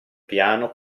piano